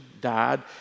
died